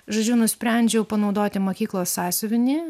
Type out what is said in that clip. žodžiu nusprendžiau panaudoti mokyklos sąsiuvinį